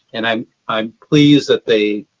and i'm i'm pleased that they